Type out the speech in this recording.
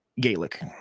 gaelic